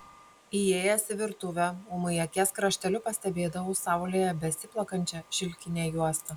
įėjęs į virtuvę ūmai akies krašteliu pastebėdavau saulėje besiplakančią šilkinę juostą